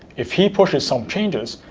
if he pushes some changes,